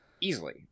easily